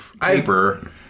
paper